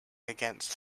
against